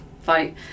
fight